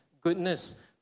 goodness